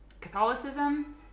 Catholicism